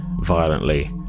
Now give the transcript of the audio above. violently